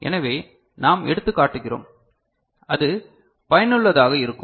எனவே நாம் எடுத்துக்காட்டுகிறோம் அது பயனுள்ளதாக இருக்கும்